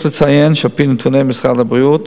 יש לציין שעל-פי נתוני משרד הבריאות